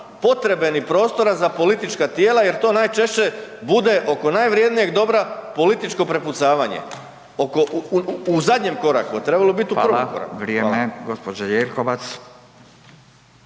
potrebe ni prostora za politička tijela jer to najčešće bude oko najvrjednijeg dobra političko prepucavanje oko, u zadnjem koraku, a trebalo bi biti u prvom koraku